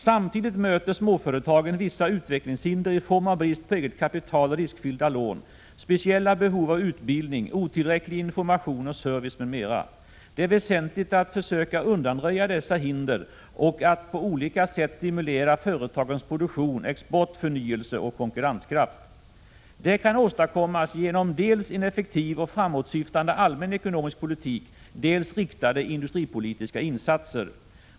Samtidigt möter småföretagen vissa utvecklingshinder i form av brist på eget kapital och riskfyllda lån, speciella behov av utbildning, otillräcklig information och service m.m. Det är väsentligt att försöka undanröja dessa hinder och att på olika sätt stimulera företagens produktion, export, förnyelse och konkurrenskraft. Det kan åstadkommas genom dels en effektiv och framåtsyftande allmän ekonomisk politik, dels riktade industripolitiska insatser.